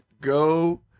Go